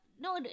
No